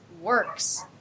Works